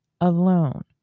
alone